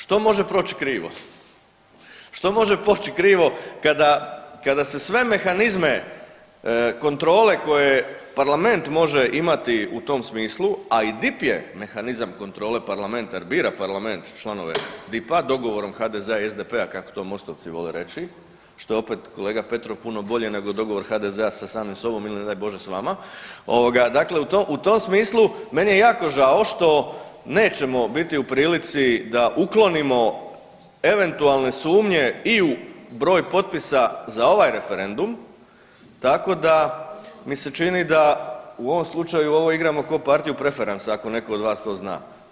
Što može proći krivo, što može proći krivo kada, kada se sve mehanizme kontrole koje parlament može imati u tom smislu, a i DIP je mehanizam kontrole parlamenta jer bira parlament članove DIP-a dogovorom HDZ-a i SDP-a, kako to Mostovci vole reći, što je opet kolega Petrov puno bolje nego dogovor HDZ-a sa samim sobom ili ne daj Bože s vama, ovoga dakle u tom smislu meni je jako žao što nećemo biti u prilici da uklonimo eventualne sumnje i u broj potpisa za ovaj referendum, tako da mi se čini da u ovom slučaju ovo igramo ko partiju preferansa ako neko od vas to zna.